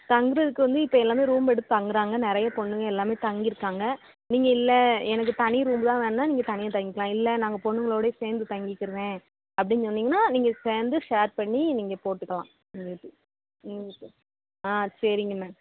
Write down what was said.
தங்குகிறதுக்கு வந்து இப்போ எல்லாமே ரூம் எடுத்து தங்குகிறாங்க நிறைய பொண்ணுங்கள் எல்லாமே தங்கியிருக்காங்க நீங்கள் இல்லை எனக்கு தனி ரூமு தான் வேணுன்னால் நீங்கள் தனியாக தங்கிக்கலாம் இல்லை நாங்கள் பொண்ணுங்களுடையே சேர்ந்து தங்கிக்கிறேன் அப்படின்னு சொன்னீங்கன்னால் நீங்கள் சேர்ந்து ஷேர் பண்ணி நீங்கள் போட்டுக்கலாம் ம் ம் ஆ சரிங்க மேம்